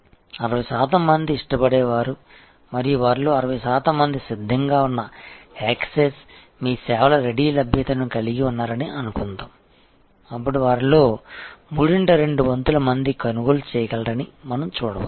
60 శాతం మంది ఇష్టపడేవారు మరియు వారిలో 60 శాతం మంది సిద్ధంగా ఉన్న యాక్సెస్ మీ సేవల రెడీ లభ్యతను కలిగి ఉన్నారని అనుకుందాం అప్పుడు వారిలో మూడింట రెండు వంతుల మంది కొనుగోలు చేయగలరని మనం చూడవచ్చు